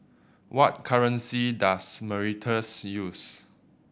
what currency does Mauritius use